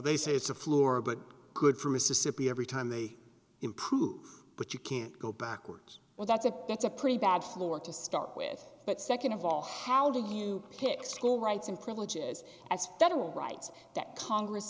they say it's a floor but good for mississippi every time they improve but you can't go backwards well that's a that's a pretty bad floor to start with but nd of all how do you pick school rights and privileges as federal rights that congress